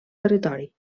territori